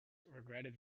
regretted